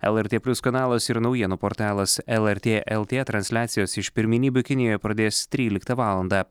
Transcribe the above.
lrt plius kanalas ir naujienų portalas lrt lt transliacijas iš pirmenybių kinijoje pradės tryliktą valandą